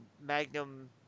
Magnum